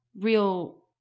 real